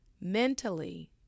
Mentally